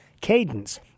cadence